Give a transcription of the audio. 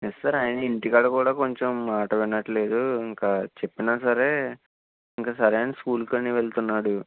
yes sir అయిన ఇంటికాడ కూడా కొంచెం మాట వినట్లేదు ఇంకా చెప్పినా సరే ఇంకా సరే అని స్కూల్కి అని వెళ్తున్నాడు